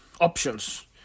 options